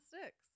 sticks